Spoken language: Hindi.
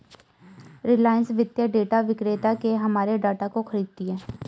रिलायंस वित्तीय डेटा विक्रेता से हमारे डाटा को खरीदती है